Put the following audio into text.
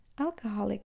Alcoholic